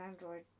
Android